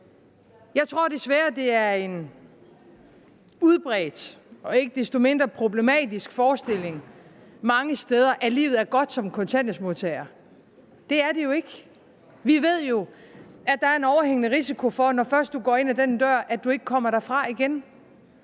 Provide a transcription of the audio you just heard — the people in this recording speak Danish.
Jeg tror desværre, det er en udbredt og ikke desto mindre problematisk forestilling mange steder, at livet er godt som kontanthjælpsmodtager. Det er det jo ikke. Vi ved jo, at der er en overhængende risiko for, at du, når først du går ind ad den dør, ikke kommer derfra igen.